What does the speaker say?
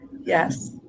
Yes